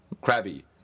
Crabby